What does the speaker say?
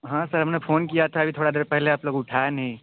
हाँ सर हमने फोन किया था अभी थोड़ा देर पहले आप लोग उठाया नहीं